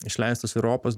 išleistas europos